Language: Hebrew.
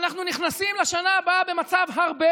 אנחנו נכנסים לשנה הבאה במצב הרבה